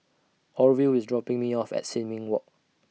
Orville IS dropping Me off At Sin Ming Walk